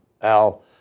Al